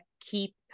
keep